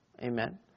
Amen